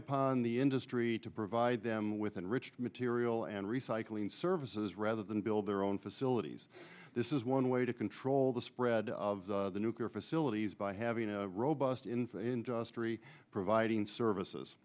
upon the industry to provide them with enriched material and recycling services rather than build their own facilities this is one way to control the spread of the nuclear facilities by having a robust in in just three providing services